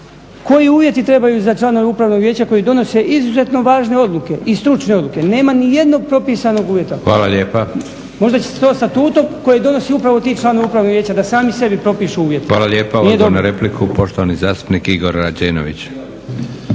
Koji uvjeti trebaju za članove upravnog vijeća koji donose izuzetno važne odluke i stručne odluke? Nema nijednog propisanog uvjeta. Možda će se to statutom koji donosi upravo ti članovi upravnog vijeća da sami sebi propišu uvjete. **Leko, Josip (SDP)** Hvala lijepa. Odgovor na repliku, poštovani zastupnik Igor Rađenović.